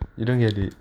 you don't get it